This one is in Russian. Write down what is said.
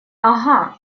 ага